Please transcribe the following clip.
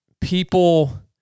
people